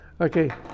okay